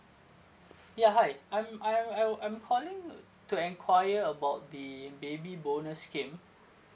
ya hi I'm I I I'm calling to enquire about the baby bonus scheme